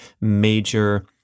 major